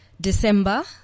December